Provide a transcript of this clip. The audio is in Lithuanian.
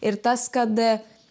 ir tas kad